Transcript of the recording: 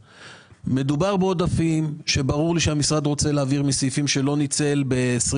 מדובר בעודפים שברור לי שהמשרד רוצה להעביר מסעיפים שלא ניצל ב-2021.